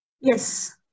Yes